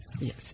Yes